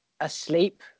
asleep